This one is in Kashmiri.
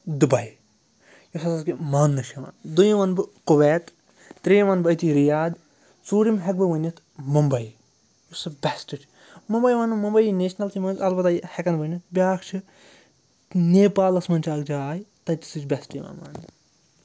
دُبے یُس ہسا کہِ مانٛنہٕ چھُ یِوان دوٚیِم وَنہٕ بہٕ کُویت ترٛیِم وَنہٕ بہٕ أتی رِیاد ژوٗرِم ہٮ۪کہٕ بہٕ ؤنِتھ مُمبے یُس سُہ بٮ۪سٹ چھُ مُمبے وَنہٕ ممبے یی نیشنَلسٕے منٛز اَلبتہ یہِ ہٮ۪کن ؤنِتھ بیٛاکھ چھِ نیپالَس منٛز چھِ اکھ جاے تَتہِ سُہ چھُ بیسٹہٕ یِوان مانٛنہٕ